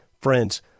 Friends